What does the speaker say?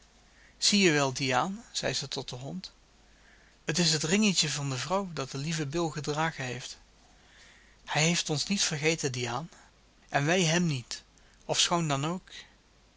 zie je wel diaan zeide zij tot den hond het is het ringetje van de vrouw dat de lieve bill gedragen heeft hij heeft ons niet vergeten diaan en wij hem niet ofschoon dan ook